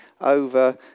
over